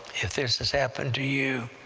if this has happened to you,